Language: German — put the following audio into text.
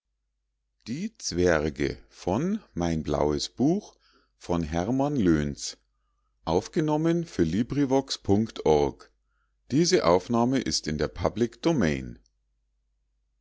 die zwerge der